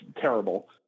terrible